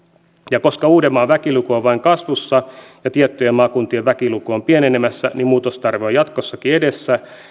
koska uudenmaan väkiluku on vain kasvussa ja tiettyjen maakuntien väkiluku on pienenemässä niin muutostarve on jatkossakin edessä